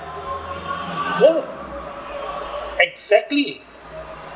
[ho] exactly